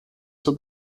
zur